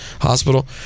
hospital